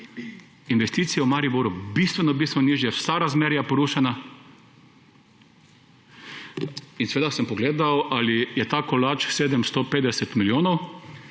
investicije v Mariboru bistveno bistveno nižje, vsa razmerja porušena. In seveda sem pogledal, ali je ta kolač 750 milijonov